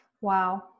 wow